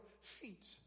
feet